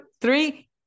three